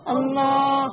Allah